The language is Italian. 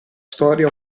storia